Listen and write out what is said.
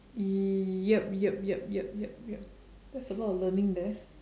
yup yup yup yup yup yup yup that's a lot of learning there